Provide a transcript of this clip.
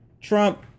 Trump